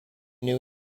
new